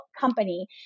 company